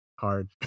Hard